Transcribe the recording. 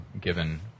given